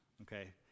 okay